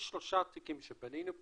יש שלושה תיקים שבנינו פה,